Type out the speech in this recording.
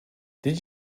did